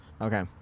Okay